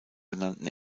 genannten